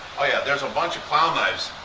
oh yeah there's a bunch of clown knives.